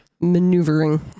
maneuvering